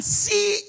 see